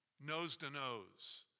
nose-to-nose